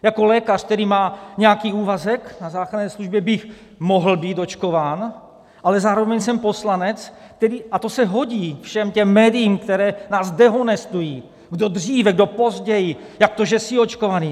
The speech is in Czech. Jako lékař, který má nějaký úvazek na záchranné službě, bych mohl být očkován, ale zároveň jsem poslanec, a to se hodí všem těm médiím, která nás dehonestují, kdo dříve, kdo později, jak to, že jsi očkovaný.